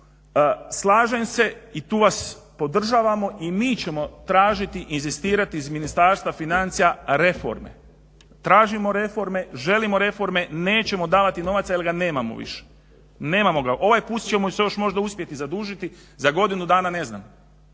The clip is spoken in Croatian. Slažem se i tu vas podržavamo i mi ćemo tražiti, inzistirati iz Ministarstva financija reforme, tražimo reforme, želimo reforme, nećemo davati novaca jer ga nemamo više. Nemamo ga. Ovaj put ćemo se još uspjeti zadužiti, za godinu dana ne znam.